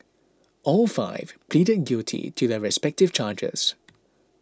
all five pleaded guilty to their respective charges